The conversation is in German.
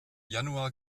januar